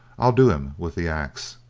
i'll do him with the axe.